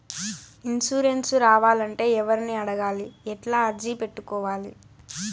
Insurance రావాలంటే ఎవర్ని అడగాలి? ఎట్లా అర్జీ పెట్టుకోవాలి?